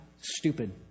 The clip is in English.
stupid